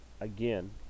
again